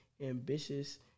ambitious